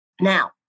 now